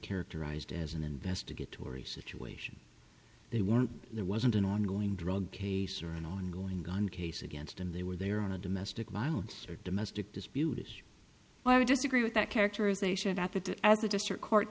characterized as an investigatory situation they weren't there wasn't an ongoing drug case or an ongoing gun case against them they were there on a domestic violence or domestic dispute i would disagree with that characterization at that as the district court